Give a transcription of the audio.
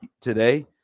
today